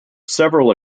several